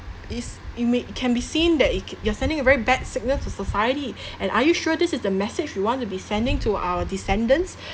is you made can be seen that ik~ you are sending a very bad signal to society and are you sure this is the message we want to be sending to our descendants